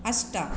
अष्ट